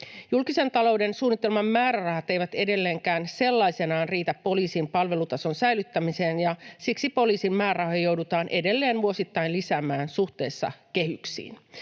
Julkisen talouden suunnitelman määrärahat eivät edelleenkään sellaisenaan riitä poliisin palvelutason säilyttämiseen, ja siksi poliisin määrärahoja joudutaan edelleen vuosittain lisäämään suhteessa kehyksiin.